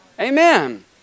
Amen